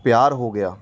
ਪਿਆਰ ਹੋ ਗਿਆ